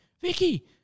Vicky